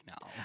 now